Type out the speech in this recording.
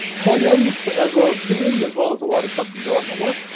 plugins, as well as themes, as well as a lot of custom development work.